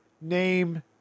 name